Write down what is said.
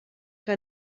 que